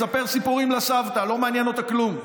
תספר סיפורים לסבתא, לא מעניין אותה כלום.